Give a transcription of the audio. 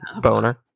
boner